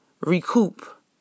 recoup